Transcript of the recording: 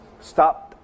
stop